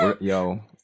yo